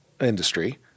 industry